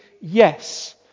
yes